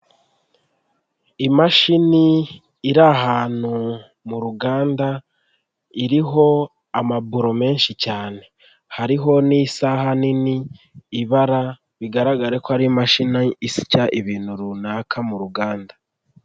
Imashini iri ahantu mu ruganda iriho amaguru menshi cyane, hariho n'isaha nini ibara bigaragare ko ari imashini nini isya ibintu runaka mu ruganda.